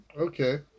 Okay